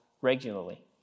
regularly